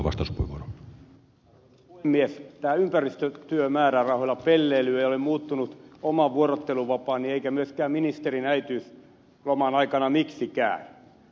tämä ympäristötyömäärärahoilla pelleily ei ole muuttunut oman vuorotteluvapaani eikä myöskään ministerin äitiysloman aikana miksikään